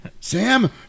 Sam